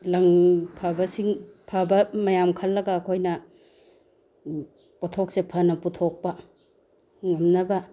ꯂꯪ ꯐꯕꯁꯤꯡ ꯐꯕ ꯃꯌꯥꯝ ꯈꯜꯂꯒ ꯑꯩꯈꯣꯏꯅ ꯄꯣꯊꯣꯛꯁꯦ ꯐꯅ ꯄꯨꯊꯣꯛꯄ ꯉꯝꯅꯕ